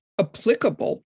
applicable